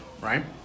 right